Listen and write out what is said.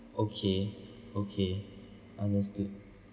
okay okay understood